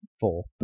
four